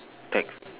ta~